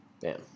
Bam